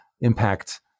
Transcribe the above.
impact